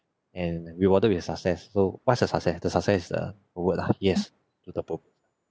and rewarded with a success so what's the success the success is a word ah yes to the proposal